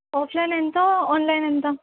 offline ఎంత online ఎంత